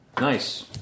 Nice